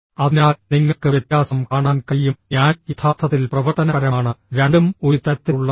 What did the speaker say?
അതിനാൽ നിങ്ങൾക്ക് വ്യത്യാസം കാണാൻ കഴിയും ഞാൻ യഥാർത്ഥത്തിൽ പ്രവർത്തനപരമാണ് രണ്ടും ഒരു തരത്തിലുള്ളതാണ്